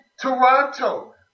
Toronto